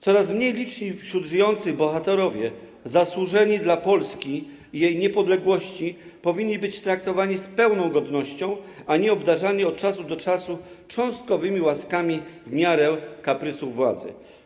Coraz mniej liczni wśród żyjących bohaterowie zasłużeni dla Polski i jej niepodległości powinni być traktowani z pełną godnością, a nie obdarzani od czasu do czasu cząstkowymi łaskami w miarę kaprysów władzy.